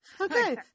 Okay